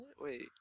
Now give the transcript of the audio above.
Wait